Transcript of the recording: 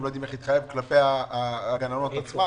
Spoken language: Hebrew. הם לא יודעים איך להתחייב כלפי הגננות עצמן,